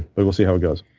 but we'll see how it goes.